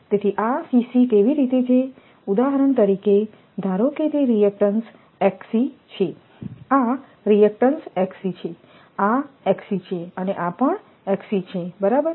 તેથી આ કેવી રીતે છે ઉદાહરણ તરીકે ધારો કે તે રિએક્ટન્ટ્સછે આ રિએક્ટન્ટ્સ છે આ છે અને આ પણ છે બરાબર